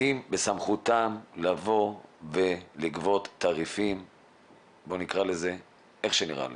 האם בסמכותם לבוא ולגבות תעריפים כפי שנראה להם,